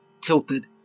tilted